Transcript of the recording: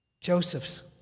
Joseph's